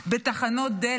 בתחנות דלק,